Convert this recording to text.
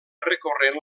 recorrent